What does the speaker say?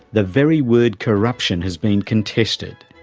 the very word corruption has been contested.